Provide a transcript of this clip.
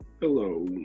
Hello